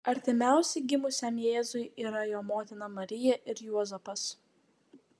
artimiausi gimusiam jėzui yra jo motina marija ir juozapas